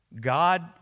God